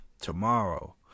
tomorrow